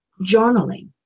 journaling